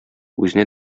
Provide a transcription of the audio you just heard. үзенә